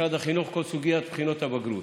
משרד החינוך, כל סוגיית בחינות הבגרות.